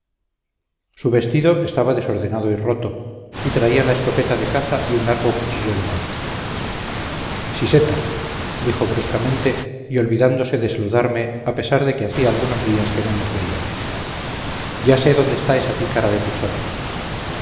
su vestido estaba desordenado y roto y traía la escopeta de caza y un largo cuchillo de monte siseta dijo bruscamente y olvidándose de saludarme a pesar de que hacía algunos días que no nos veíamos ya sé dónde está esa pícara de pichota